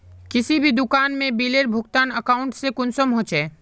किसी भी दुकान में बिलेर भुगतान अकाउंट से कुंसम होचे?